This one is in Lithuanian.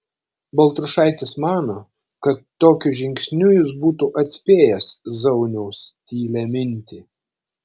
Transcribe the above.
baltrušaitis mano kad tokiu žingsniu jis būtų atspėjęs zauniaus tylią mintį